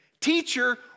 Teacher